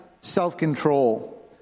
self-control